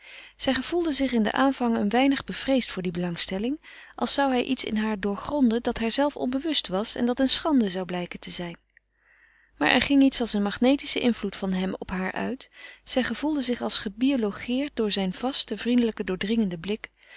zij gevoelde zich in den aanvang een weinig bevreesd voor die belangstelling als zou hij iets in haar doorgronden dat haarzelve onbewust was en dat eene schande zou blijken te zijn maar er ging iets als een magnetische invloed op haar uit zij gevoelde zich als gebiologeerd door zijn vasten vriendelijk doordringenden blik